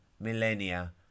millennia